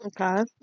Okay